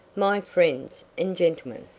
my friends and gentlemen!